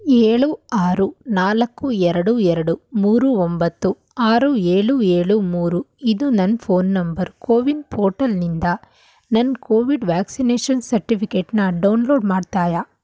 ಏಳು ಆರು ನಾಲ್ಕು ಎರಡು ಎರಡು ಮೂರು ಒಂಬತ್ತು ಆರು ಏಳು ಏಳು ಮೂರು ಇದು ನನ್ನ ಫೋನ್ ನಂಬರ್ ಕೋವಿನ್ ಪೋರ್ಟಲಿನಿಂದ ನನ್ನ ಕೋವಿಡ್ ವ್ಯಾಕ್ಸಿನೇಷನ್ ಸರ್ಟಿಫಿಕೇಟನ್ನ ಡೌನ್ಲೋಡ್ ಮಾಡ್ತೀಯಾ